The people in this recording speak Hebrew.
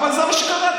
אבל זה מה שקראתי.